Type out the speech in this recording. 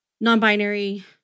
non-binary